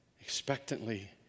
expectantly